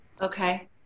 Okay